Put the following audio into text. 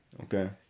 Okay